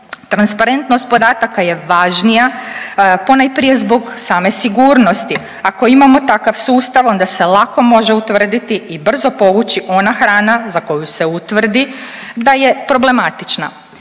Transparentnost podataka je važnija ponajprije zbog same sigurnosti. Ako imamo takav sustav onda se lako može utvrditi i brzo povući ona hrana za koju se utvrdi da je problematična.